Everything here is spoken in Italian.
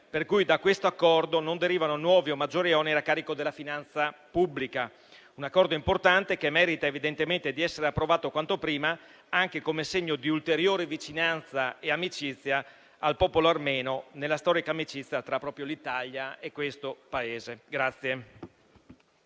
per cui da questo Accordo non derivano nuovi o maggiori oneri a carico della finanza pubblica. Si tratta quindi di un Accordo importante, che merita evidentemente di essere approvato quanto prima, anche come segno di ulteriore vicinanza al popolo armeno nella storica amicizia tra l'Italia e questo Paese.